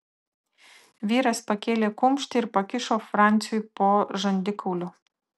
vyras pakėlė kumštį ir pakišo franciui po žandikauliu